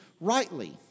rightly